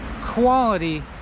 quality